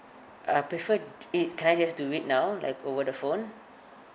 I prefer it can I just do it now like over the phone